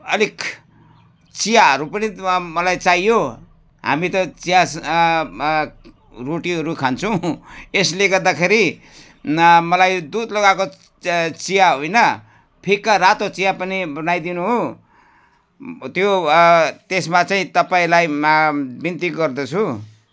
अलिक चियाहरू पनि मलाई चाहियो हामी त चियासँग रोटीहरू खान्छौँ यसले गर्दाखेरि मलाई दुध लगाएको चिया होइन फिक्का रातो चिया पनि बनाइदिनु त्यो त्यसमा चाहिँ तपाईँलाई बिन्ती गर्दछु